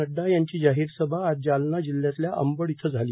नड्डा यांची जाहीर सभा आज जालना जिल्ह्यातल्या अंबड इथं झाली